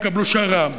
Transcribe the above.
יקבלו שר"מ,